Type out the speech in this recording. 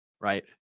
right